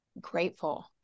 grateful